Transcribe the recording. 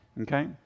okay